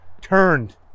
turned